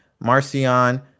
marcion